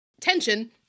Tension